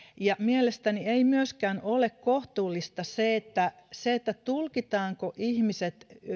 mielestäni ei myöskään ole kohtuullista että se tulkitaanko ihmiset